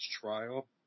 trial